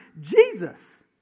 Jesus